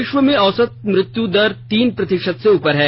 विश्व में औसत मृत्यु दर तीन प्रतिशत से ऊपर है